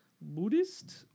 Buddhist